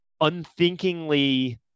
unthinkingly